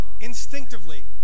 instinctively